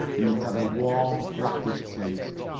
and it had a warm, brackish taste.